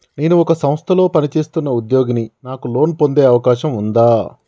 నేను ఒక సంస్థలో పనిచేస్తున్న ఉద్యోగిని నాకు లోను పొందే అవకాశం ఉందా?